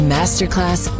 Masterclass